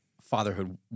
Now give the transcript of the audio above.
fatherhood